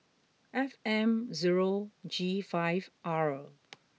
F M zero G five R